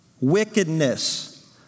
wickedness